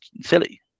silly